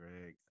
Greg